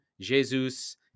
Jesus